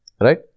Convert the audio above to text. Right